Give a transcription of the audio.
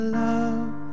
love